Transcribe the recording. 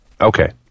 Okay